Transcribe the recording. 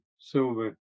silver